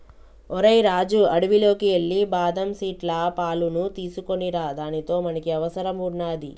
ఓరై రాజు అడవిలోకి ఎల్లి బాదం సీట్ల పాలును తీసుకోనిరా దానితో మనకి అవసరం వున్నాది